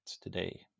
today